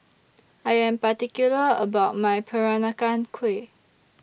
I Am particular about My Peranakan Kueh